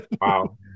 Wow